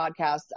podcast